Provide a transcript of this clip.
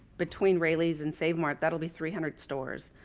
between rallies and save martin. that'll be three hundred stores.